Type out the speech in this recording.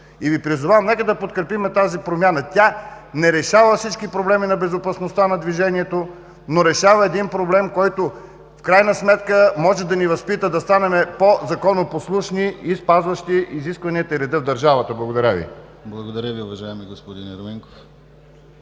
И Ви призовавам: нека подкрепим тази промяна! Тя не решава всички проблеми на безопасността на движението, но решава един проблем, който в крайна сметка, може да ни възпита да станем по законопослушни и спазващи изискванията, и редът в държавата! Благодаря Ви. ПРЕДСЕДАТЕЛ ДИМИТЪР ГЛАВЧЕВ: Благодаря Ви, уважаеми господин Ерменков.